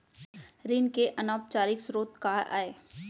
ऋण के अनौपचारिक स्रोत का आय?